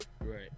Right